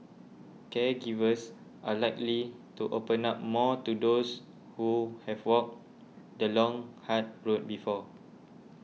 caregivers are likely to open up more to those who have walked the long hard road before